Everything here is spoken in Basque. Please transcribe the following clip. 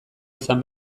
izan